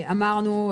אמרנו: